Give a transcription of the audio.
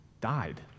died